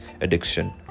addiction